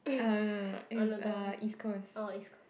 uh no no no it's uh East Coast